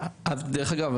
דרך אגב,